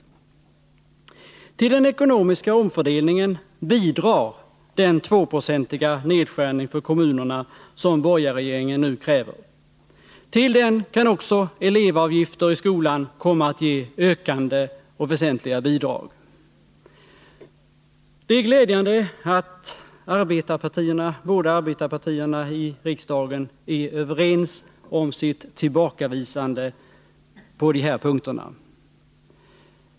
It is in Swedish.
Till den ekonomiska omfördeluningen bidrar den 2-procentiga nedskärning för kommunerna som borgarregeringen nu kräver. Till den kan också « elevavgifter i skolorna komma att ge ökande och väsentliga bidrag. Det är glädjande att båda arbetarpartierna i riksdagen är överens om att tillbakavisa förslagen på de här punkterna.